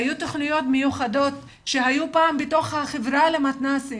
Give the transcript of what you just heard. היו תכניות מיוחדות שהיו פעם בחברה למתנ"סים.